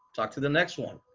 talk to the next one.